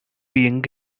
எங்க